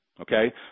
Okay